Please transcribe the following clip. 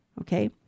okay